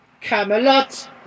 Camelot